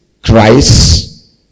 christ